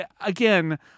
again